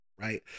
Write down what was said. right